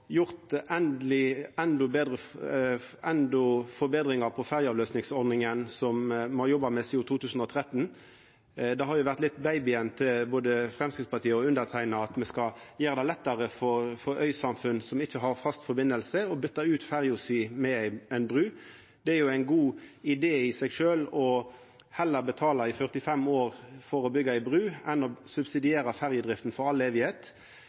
gjort forbetringar på ferjeavløysingsordninga, som me har jobba med sidan 2013. Det har vore litt babyen til Framstegspartiet og underteikna at me skal gjera det lettare for øysamfunn som ikkje har fast forbindelse, å byta ut ferja med bru. Det er ein god idé i seg sjølv heller å betala i 45 år for å byggja ei bru enn å subsidiera ferjedrifta i all